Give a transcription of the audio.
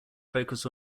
focus